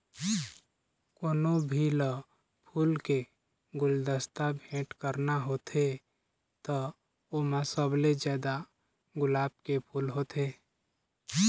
कोनो भी ल फूल के गुलदस्ता भेट करना होथे त ओमा सबले जादा गुलाब के फूल होथे